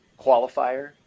qualifier